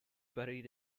buried